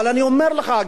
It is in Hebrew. אבל אני אומר לך,